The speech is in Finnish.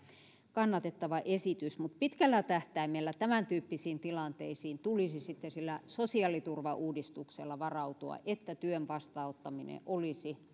kannatettava esitys mutta pitkällä tähtäimellä tämäntyyppisiin tilanteisiin tulisi sitten sillä sosiaaliturvauudistuksella varautua että työn vastaanottaminen olisi